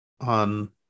on